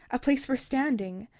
a place for standing,